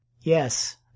Yes